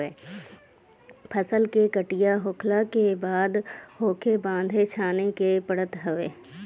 फसल के कटिया होखला के बाद ओके बान्हे छाने के पड़त हवे